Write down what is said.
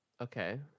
Okay